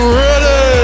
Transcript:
ready